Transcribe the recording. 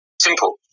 Simple